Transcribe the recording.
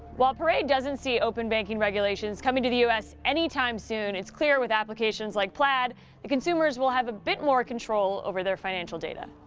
while perret doesn't see open banking regulations coming to the us anytime soon, it's clear with applications like plaid that consumers will have a bit more control over their financial data.